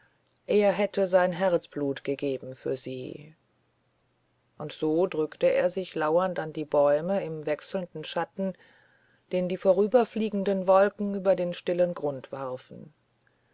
er hätte sein herzblut gegeben für sie so drückte er sich lauernd an die bäume im wechselnden schatten den die vorüberfliegenden wolken über den stillen grund warfen